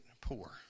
poor